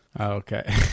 Okay